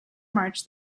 march